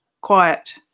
quiet